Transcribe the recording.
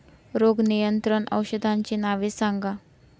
रोग नियंत्रण औषधांची नावे सांगा?